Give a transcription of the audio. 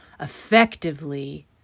effectively